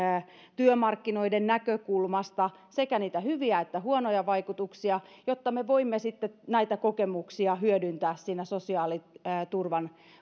työmarkkinoiden näkökulmasta sekä niitä hyviä että huonoja vaikutuksia jotta me voimme sitten näitä kokemuksia hyödyntää siinä sosiaaliturvan